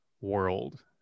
World